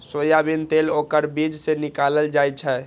soybean तेल ओकर बीज सं निकालल जाइ छै